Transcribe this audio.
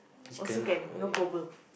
also can no problem